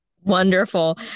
wonderful